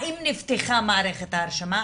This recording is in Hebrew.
האם נפתחה מערכת ההרשמה,